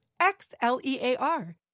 X-L-E-A-R